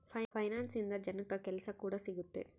finance ಇಂದ ಜನಕ್ಕಾ ಕೆಲ್ಸ ಕೂಡ ಸಿಗುತ್ತೆ